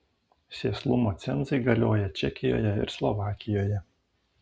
sėslumo cenzai galioja čekijoje ir slovakijoje